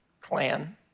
clan